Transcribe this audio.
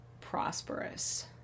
prosperous